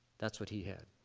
that's what he had.